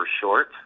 short